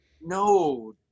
no